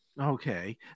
Okay